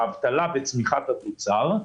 האבטלה וצמיחת התוצר.